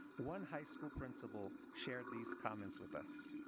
one high school principal shared these comments with us.